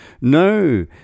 No